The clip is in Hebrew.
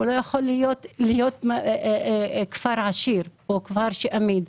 לא יכול להיות כפר עשיר או כפר אמיד.